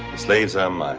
slaves are mine,